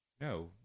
No